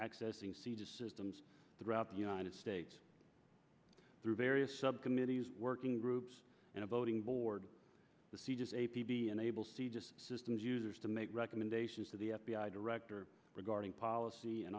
accessing c just systems throughout the united states through various subcommittees working groups and a voting board to see just a p be unable see just systems users to make recommendations to the f b i director regarding policy and